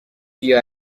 بیا